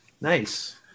Nice